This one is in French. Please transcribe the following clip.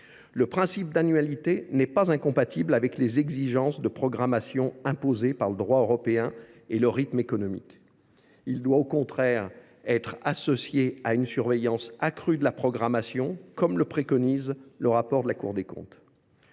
le principe d’annualité n’est pas incompatible avec les exigences de programmation imposées par le droit européen et le rythme économique. Il doit au contraire être associé à une surveillance accrue de ladite programmation, comme le préconise le rapport de la Cour des comptes